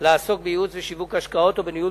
לעסוק בייעוץ ושיווק השקעות או בניהול